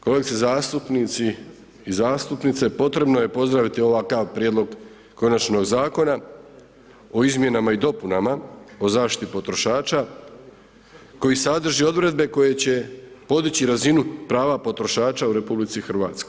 Kolegice zastupnice i zastupnici potrebno je pozdraviti ovakav prijedlog konačnog Zakona o izmjenama i dopunama o zaštiti potrošača, koji sadrži odredbe koji će podići razinu prava potrošača u RH.